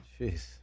Jeez